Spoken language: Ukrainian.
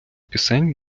пісень